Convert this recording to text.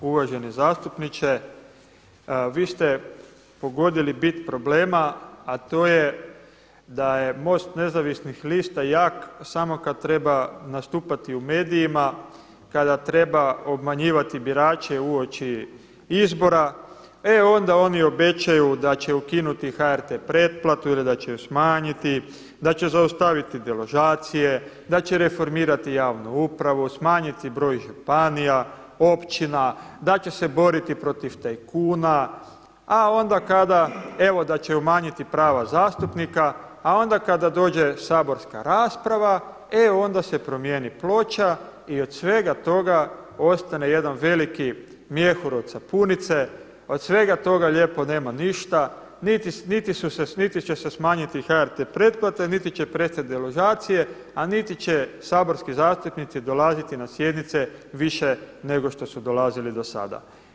Uvaženi zastupniče, vi ste pogodili bit problema, a to je da je MOST Nezavisnih lita jak samo kada treba nastupati u medijima, kada treba obmanjivati birače uoči izbora, e onda oni obećaju da će ukinuti HRT pretplatu ili da će ju smanjiti, da će zaustaviti deložacije, da će reformirati javnu upravu, smanjiti broj županija, općina, da će se boriti protiv tajkuna, evo da će umanjiti prava zastupnika, a onda kada dođe saborska rasprava, e onda se promijeni ploča i od svega toga ostane jedan veliki mjehur od sapunice, od svega toga lijepo nema ništa, niti će se smanjiti HRT pretplate, niti će prestati deložacije, a niti će saborski zastupnici dolaziti na sjednice više nego što su dolazili do sada.